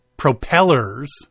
propellers